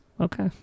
okay